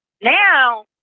Now